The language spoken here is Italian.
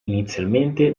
inizialmente